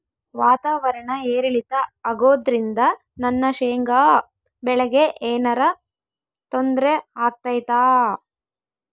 ವಾತಾವರಣ ಏರಿಳಿತ ಅಗೋದ್ರಿಂದ ನನ್ನ ಶೇಂಗಾ ಬೆಳೆಗೆ ಏನರ ತೊಂದ್ರೆ ಆಗ್ತೈತಾ?